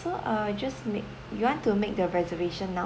so uh just make you want to make the reservation now